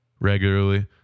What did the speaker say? regularly